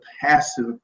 passive